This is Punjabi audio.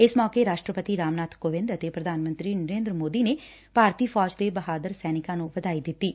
ਇਸ ਮੌਕੇ ਰਾਸ਼ਟਰਪਤੀ ਰਾਮ ਨਾਥ ਕੋਵਿੰਦ ਅਤੇ ਪ੍ਧਾਨ ਮੰਤਰੀ ਨਰੇਂਦਰ ਮੋਦੀ ਨੇ ਭਾਰਤੀ ਫੌਜ ਦੇ ਬਹਾਦਰ ਸੈਨਿਕਾਂ ਨੂੰ ਵਧਾਈ ਦਿੱਤੀ ਐ